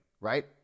right